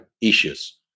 Issues